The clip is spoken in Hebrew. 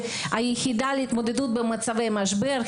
היחידה להתמודדות במצבי משבר,